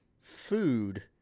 food